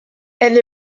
elle